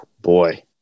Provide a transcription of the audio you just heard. boy